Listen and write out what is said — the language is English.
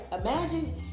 Imagine